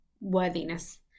worthiness